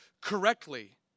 correctly